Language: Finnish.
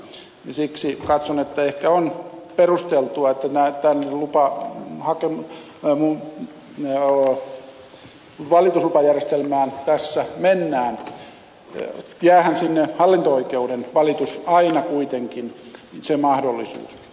siksi katson että ehkä on perusteltua että valituslupajärjestelmään tässä mennään jäähän sinne aina kuitenkin mahdollisuus valittaa hallinto oikeuteen